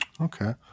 Okay